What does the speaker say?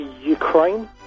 Ukraine